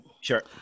Sure